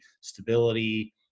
stability